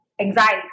Anxiety